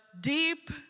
deep